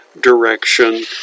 direction